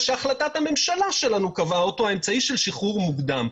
ושהחלטת הממשלה שלנו קבעה אותו האמצעי של שחרור מוקדם.